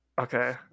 okay